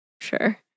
Sure